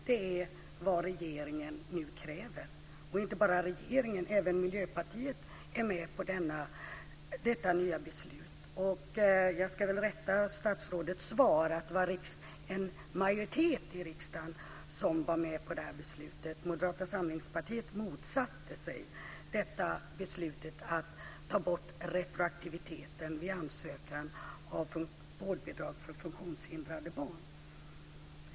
Det är vad regeringen nu kräver. Inte bara regeringen utan även Miljöpartiet är med på detta nya beslut. Jag ska rätta statsrådets svar. Det var en majoritet i riksdagen som var med på det här beslutet. Moderata samlingspartiet motsatte sig beslutet att ta bort retroaktiviteten vid ansökan om vårdbidrag för funktionshindrade barn.